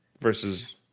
versus